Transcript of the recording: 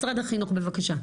משרד החינוך בבקשה.